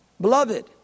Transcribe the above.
beloved